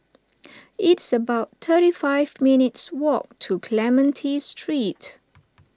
it's about thirty five minutes' walk to Clementi Street